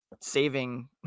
saving